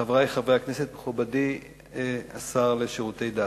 חברי חברי הכנסת, מכובדי השר לשירותי דת,